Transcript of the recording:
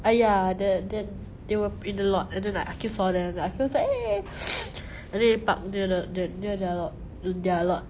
ah ya the the they were in the lot and then like aqil saw them then aqil was like eh and then he park near th~ th~ near their lot in their lot